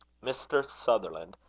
mr. sutherland,